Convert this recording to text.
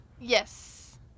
Yes